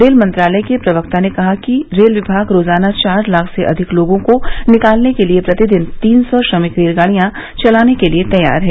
rail मंत्रालय के प्रवक्ता ने कहा कि रेल विभाग रोजाना चार लाख से अधिक लोगों को निकालने के लिए प्रतिदिन तीन सौ श्रमिक रेलगाडियां चलाने के लिए तैयार है